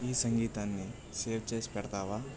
ఈ సంగీతాన్ని సేవ్ చేసిపెడతావా